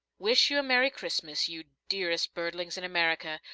wish you merry christmas, you dearest birdlings in america!